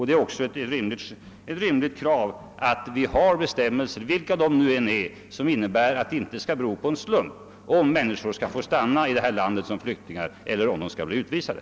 Det är också ett rimligt krav att vi har bestämmelser — vilka de än är — som innebär att det inte skall bero på en slump om människor skall få stanna i vårt land som flyktingar eller bli utvisade.